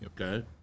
Okay